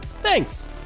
Thanks